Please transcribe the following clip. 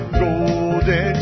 golden